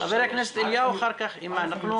חבר הכנסת אליהו ואחר כך אימאן.